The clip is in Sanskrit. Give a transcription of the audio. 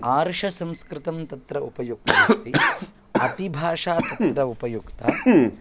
आर्षसंस्कृतं तत्र उपयुक्तमस्ति अतिभाषा तत्र उपयुक्ता